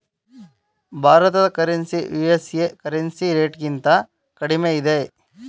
ಭಾರತದ currency USA currency ರೇಟ್ಗಿಂತ ಕಡಿಮೆ ಇದೆ